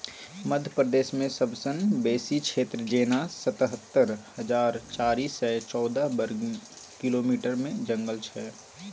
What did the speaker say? मध्य प्रदेशमे सबसँ बेसी क्षेत्र जेना सतहत्तर हजार चारि सय चौदह बर्ग किलोमीटरमे जंगल छै